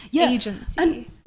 agency